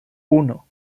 uno